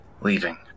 leaving